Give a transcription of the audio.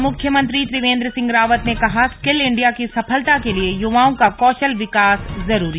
और मुख्यमंत्री त्रिवेंद्र सिंह रावत ने कहा स्किल इंडिया की सफलता के लिए युवाओं का कौशल विकास जरूरी